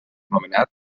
nomenat